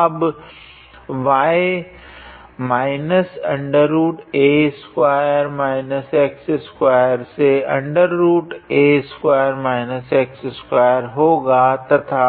अब y −√𝑎2−𝑥2 से √𝑎2−𝑥2 होगा तथा